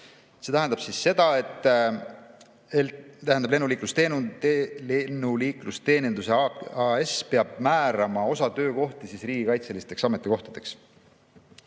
See tähendab seda, et Lennuliiklusteeninduse AS peab määrama osa töökohti riigikaitselisteks ametikohtadeks.